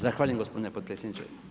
Zahvaljujem gospodine potpredsjedniče.